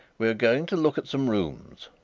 we are going to look at some rooms,